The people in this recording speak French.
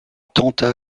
tenta